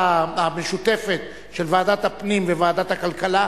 הוועדה המשותפת של ועדת הפנים וועדת הכלכלה